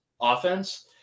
offense